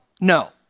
no